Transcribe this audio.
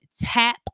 tap